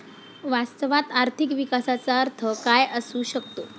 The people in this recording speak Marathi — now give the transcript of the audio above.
वास्तवात आर्थिक विकासाचा अर्थ काय असू शकतो?